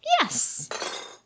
Yes